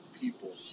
people